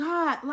God